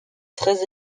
très